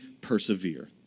persevere